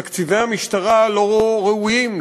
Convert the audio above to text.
תקציבי המשטרה לא ראויים,